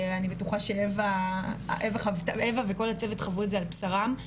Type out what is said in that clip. אני בטוחה שאווה וכל הצוות חוו את זה על בשרם.